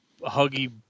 huggy